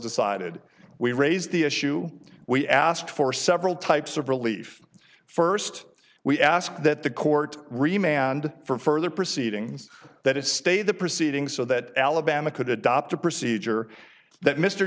decided we raised the issue we asked for several types of relief first we ask that the court remain and for further proceedings that is stay the proceedings so that alabama could adopt a procedure that mr